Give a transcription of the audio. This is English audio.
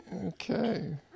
Okay